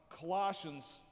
Colossians